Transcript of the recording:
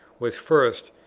was, first,